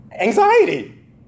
Anxiety